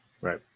right